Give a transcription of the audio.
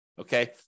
Okay